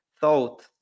thought